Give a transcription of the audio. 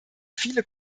viele